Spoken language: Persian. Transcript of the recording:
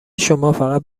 شمافقط